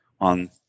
on